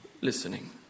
listening